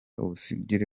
ubusugire